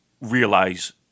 realize